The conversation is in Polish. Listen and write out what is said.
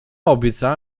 obiecała